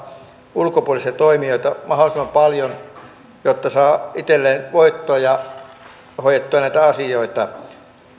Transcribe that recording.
ulkopuolisia toimijoita mahdollisimman paljon jotta saa itselleen voittoa ja hoidettua näitä asioita